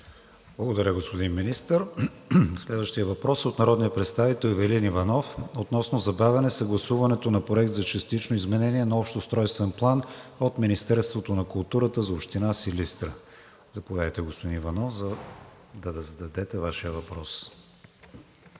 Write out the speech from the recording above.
Благодаря, господин Министър. Следващият въпрос е от народния представител Ивелин Иванов относно забавяне съгласуването на Проект за частично изменение на Общ устройствен план от Министерството на културата за община Силистра. Заповядайте, господин Иванов, да зададете Вашия въпрос.